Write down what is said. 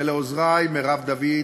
ולעוזרי מרב דוד,